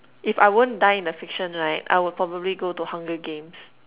if I won't die in the fiction right I would probably go to hunger games